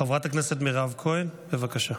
חברת הכנסת מירב כהן, בבקשה,